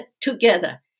together